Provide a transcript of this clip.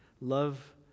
love